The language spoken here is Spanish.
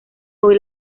hoy